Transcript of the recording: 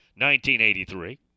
1983